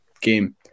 game